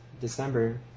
December